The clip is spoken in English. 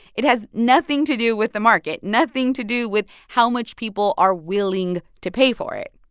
it has nothing to do with the market, nothing to do with how much people are willing to pay for it.